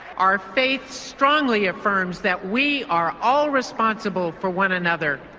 our faith strongly affirms that we are all responsible for one another.